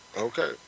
Okay